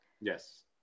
Yes